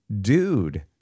dude